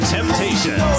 Temptations